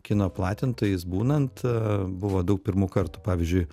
kino platintojais būnant buvo daug pirmų kartų pavyzdžiui